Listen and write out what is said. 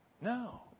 No